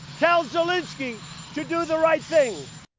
tell zelensky to do the right thing.